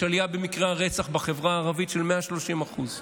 יש עלייה במקרי הרצח בחברה הערבית של 130%;